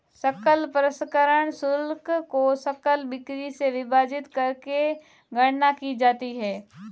सकल प्रसंस्करण शुल्क को सकल बिक्री से विभाजित करके गणना की जाती है